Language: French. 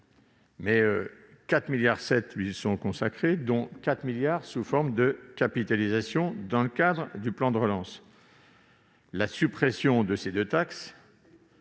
4,7 milliards d'euros, dont 4 milliards sous forme de capitalisation, dans le cadre du plan de relance. La suppression de ces deux taxes